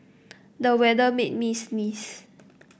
the weather made me sneeze